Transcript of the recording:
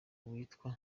witwa